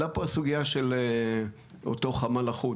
עלתה פה הסוגייה של אותו חמ"ל אחוד.